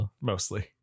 Mostly